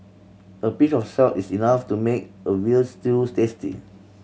a pinch of salt is enough to make a veal stews tasty